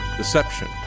deception